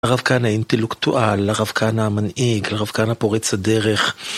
הרב כהנא האינטלקטואל, הרב כהנא המנהיג, הרב כהנא פורץ הדרך